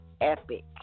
epic